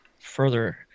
further